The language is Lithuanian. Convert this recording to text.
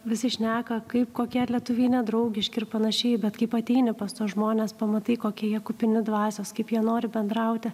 visi šneka kaip kokie lietuviai nedraugiški ir panašiai bet kaip ateini pas tuos žmones pamatai kokie jie kupini dvasios kaip jie nori bendrauti